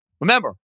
Remember